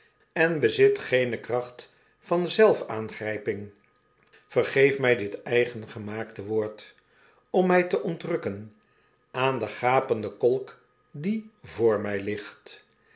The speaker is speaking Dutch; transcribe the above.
en bezit geene kracht van zelfaangrijping vergeef my dit eigengemaakte woord om my te ontrukken aan den gapenden kolk die voor my ligt